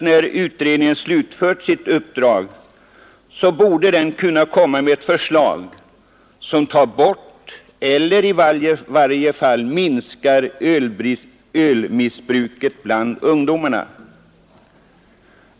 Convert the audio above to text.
När utredningen slutfört sitt uppdrag borde den kunna framlägga ett förslag som tar bort eller i varje fall minskar ölmissbruket bland ungdomarna.